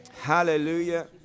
hallelujah